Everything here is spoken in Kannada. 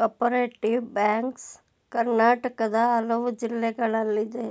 ಕೋಪರೇಟಿವ್ ಬ್ಯಾಂಕ್ಸ್ ಕರ್ನಾಟಕದ ಹಲವು ಜಿಲ್ಲೆಗಳಲ್ಲಿದೆ